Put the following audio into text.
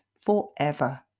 forever